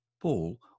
Paul